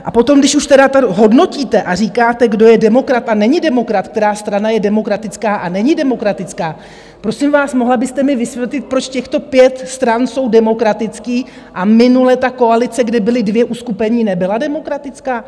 A potom, když už tedy hodnotíte a říkáte, kdo je demokrat a není demokrat, která strana je demokratická a není demokratická, prosím vás, mohla byste mi vysvětlit, proč těchto pět stran je demokratických a minule ta koalice, kde byla dvě uskupení, nebyla demokratická?